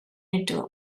into